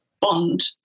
Bond